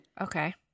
Okay